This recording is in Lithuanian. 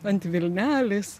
ant vilnelės